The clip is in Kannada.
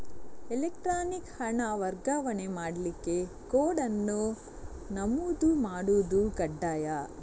ಎಲೆಕ್ಟ್ರಾನಿಕ್ ಹಣ ವರ್ಗಾವಣೆ ಮಾಡ್ಲಿಕ್ಕೆ ಕೋಡ್ ಅನ್ನು ನಮೂದು ಮಾಡುದು ಕಡ್ಡಾಯ